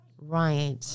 Right